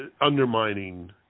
undermining